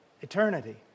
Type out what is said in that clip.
eternity